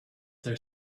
their